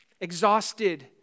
exhausted